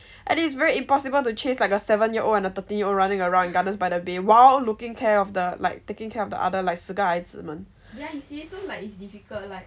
and it's very impossible to chase like a seven year old and a thirteen year old running around in gardens by the bay while looking care of the like taking care of the other like 四个孩子们